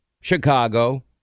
Chicago